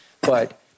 but-